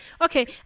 Okay